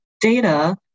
data